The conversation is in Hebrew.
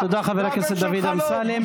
תודה, חבר הכנסת דוד אמסלם.